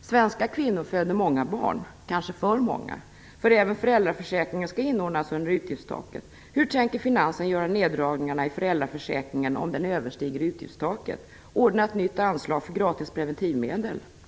Svenska kvinnor föder många barn, kanske för många. Även föräldraförsäkringen skall nämligen inordnas under utgiftstaket. Hur tänker finansen göra neddragningar i föräldraförsäkringen om den överstiger utgiftstaket? Skall man ordna ett nytt anslag för gratis preventivmedel?